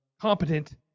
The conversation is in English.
competent